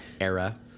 era